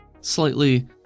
Slightly